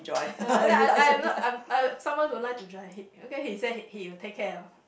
ya then I'm I'm I'm someone don't like to drive okay he say he will take care of